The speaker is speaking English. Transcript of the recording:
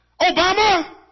Obama